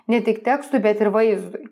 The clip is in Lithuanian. ne tik tekstui bet ir vaizdui